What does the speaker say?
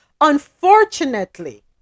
Unfortunately